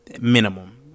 minimum